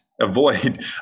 avoid